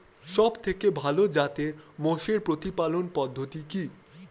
সবথেকে ভালো জাতের মোষের প্রতিপালন পদ্ধতি কি?